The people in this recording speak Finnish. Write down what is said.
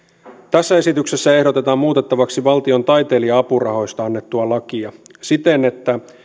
tässä esityksessä ehdotetaan muutettavaksi valtion taiteilija apurahoista annettua lakia siten että